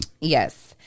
Yes